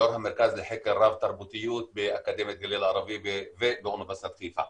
יו"ר המרכז לחקר רב תרבותיות באקדמית גליל מערבי ובאוניברסיטת חיפה.